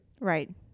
Right